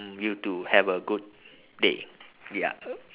mm you too have a good day ya